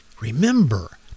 Remember